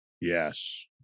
Yes